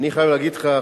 אני חייב להגיד לך,